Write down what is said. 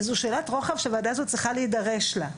וזאת שאלת רוחב שהוועדה הזאת צריכה להידרש לה.